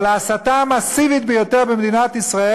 אבל ההסתה המסיבית ביותר במדינת ישראל